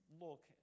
look